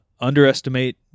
underestimate